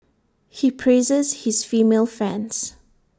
he praises his female fans